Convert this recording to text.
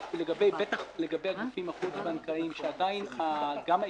בטח לגבי הגופים החוץ בנקאיים שעדיין היקף